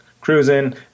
cruising